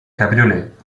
cabriolet